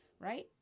right